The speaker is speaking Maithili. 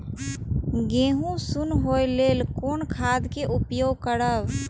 गेहूँ सुन होय लेल कोन खाद के उपयोग करब?